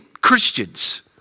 Christians